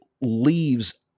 leaves